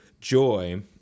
joy